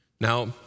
Now